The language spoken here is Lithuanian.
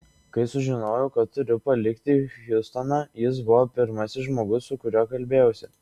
kai sužinojau kad turiu palikti hjustoną jis buvo pirmasis žmogus su kuriuo kalbėjausi